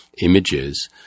images